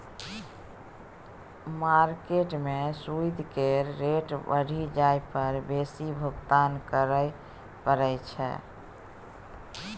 market में सूइद केर रेट बढ़ि जाइ पर बेसी भुगतान करइ पड़इ छै